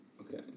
Okay